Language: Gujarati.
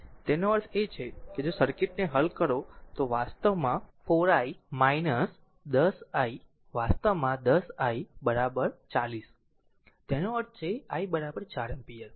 તેનો અર્થ એ છે કે જો સર્કિટને હલ કરો તો વાસ્તવમાં 4 i 10 i વાસ્તવમાં 10 i 40 તેનો અર્થ છે i 4 એમ્પીયર